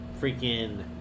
freaking